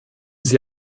sie